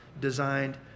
designed